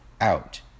out